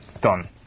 Done